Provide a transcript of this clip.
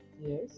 Yes